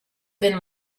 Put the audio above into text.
been